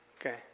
Okay